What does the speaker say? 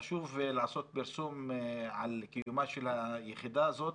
חשוב לעשות פרסום על קיומה של היחידה הזאת,